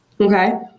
Okay